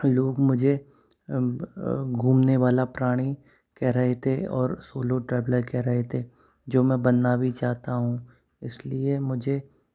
लोग मुझे घूमने वाला प्राणी कह रहे और सोलो ट्रेवलर कह रहे थे जो मैं बनना भी चाहता हूँ इसलिए मुझे